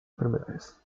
enfermedades